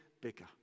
bigger